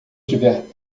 tiver